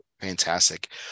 fantastic